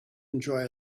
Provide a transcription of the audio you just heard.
enjoy